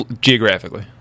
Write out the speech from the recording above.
geographically